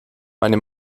meine